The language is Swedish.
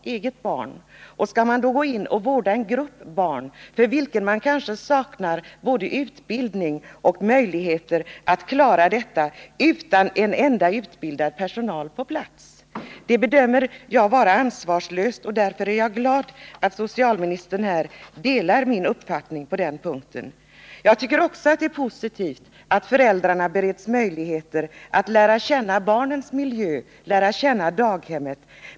Jag bedömer det därför vara ansvarslöst när man kräver att föräldrar skall gå in och vårda en grupp barn — en uppgift som de kanske saknar både utbildning för och möjligheter att klara av utan någon utbildad personal på plats. Jag är därför glad över att socialministern delar min uppfattning på denna punkt. Även jag tycker att det är positivt att föräldrarna bereds möjligheter att lära känna barnens miljö, daghemmet.